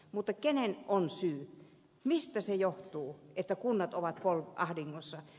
mutta kenen on syy mistä se johtuu että kunnat ovat ahdingossa